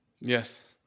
Yes